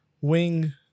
wing